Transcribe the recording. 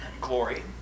glory